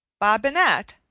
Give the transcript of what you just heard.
bobinette,